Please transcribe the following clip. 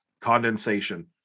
condensation